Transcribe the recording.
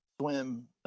Swim